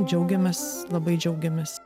džiaugiamės labai džiaugiamės